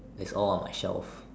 that's all on my shelf